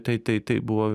tai tai tai buvo